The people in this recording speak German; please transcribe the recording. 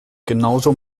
genauso